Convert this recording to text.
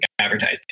advertising